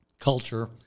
culture